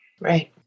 Right